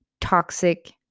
toxic